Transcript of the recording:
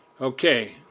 okay